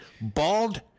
bald